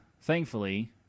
thankfully